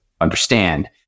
understand